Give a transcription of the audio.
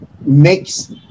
makes